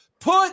Put